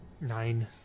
Nine